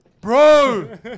Bro